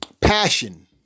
passion